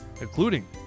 including